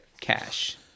Cash